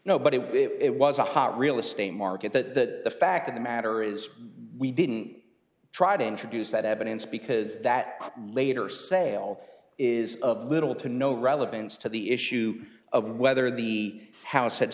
no but it was a hot real estate market that the fact of the matter is we didn't try to introduce that evidence because that later sale is of little to no relevance to the issue of whether the house